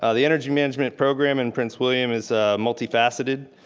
ah the energy management program and prince william is multifaceted.